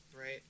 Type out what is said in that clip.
Right